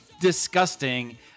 disgusting